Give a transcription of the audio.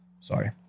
Sorry